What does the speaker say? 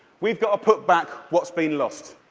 we've got to put back what's been lost.